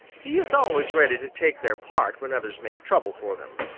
he is always ready to take their part when others make trouble for them.